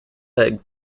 egg